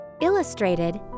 Illustrated